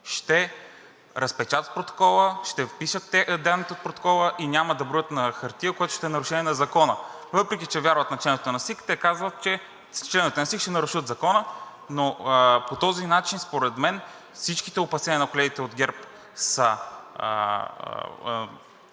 ще разпечатат протокола, ще впишат данните от протокола и няма да броят на хартия, което ще е нарушение на Закона. Въпреки че вярват на членовете на СИК, те казват, че членовете на СИК ще нарушат Закона. По този начин според мен всичките опасения на колегите от ГЕРБ са